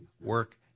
work